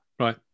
right